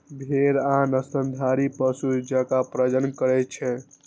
भेड़ आन स्तनधारी पशु जकां प्रजनन करै छै